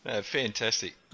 Fantastic